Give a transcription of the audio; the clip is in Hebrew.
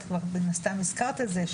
את כבר מן הסתם הזכרת את זה,